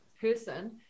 person